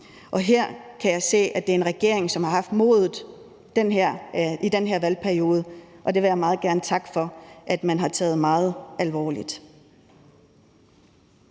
Her kan jeg se, at det er en regering, som har haft modet i den her valgperiode, og det vil jeg meget gerne takke for at man har taget meget alvorligt.